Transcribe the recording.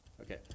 Okay